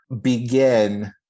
begin